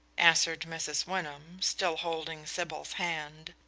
answered mrs. wyndham, still holding sybil's hand.